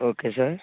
okay sir